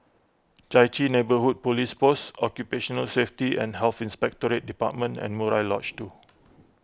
Chai Chee Neighbourhood Police Post Occupational Safety and Health Inspectorate Department and Murai Lodge two